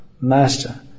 master